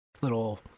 little